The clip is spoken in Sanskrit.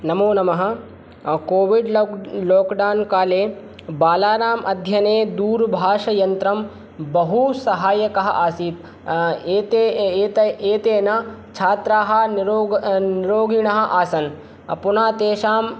नमो नमः कोविड् ला लाक्डौन् काले बालानाम् अध्ययने दूरभाषायन्त्रं बहुसहायकम् आसीत् एते एत एतेन छात्राः निरोग निरोगिणः आसन् पुनः तेषां